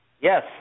Yes